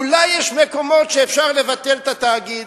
אולי יש מקומות שאפשר לבטל את התאגיד?